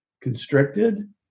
constricted